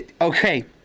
Okay